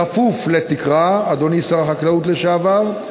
בכפוף לתקרה, אדוני שר החקלאות לשעבר,